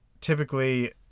typically